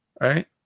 right